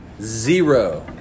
zero